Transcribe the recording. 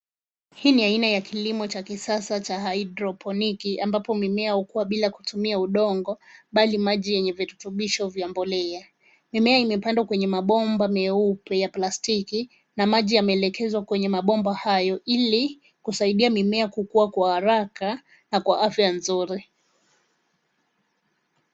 Hii ni aina ya kilimo cha kisasa cha haidroponiki ambapo mimea hukua bila kutumia udongo bali maji yenye virutubisho vya mboleaa. Mimea imepandwa kwenye mabomba meupe ya plastiki na maji yameelekezwa kwenye mabomba hayo ili kusaidia mimea kukua kwa haraka na kwa afya nzuri.